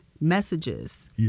messages